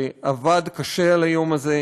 שעבד קשה על היום הזה,